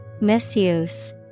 Misuse